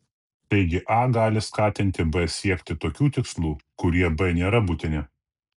taigi a gali skatinti b siekti tokių tikslų kurie b nėra būtini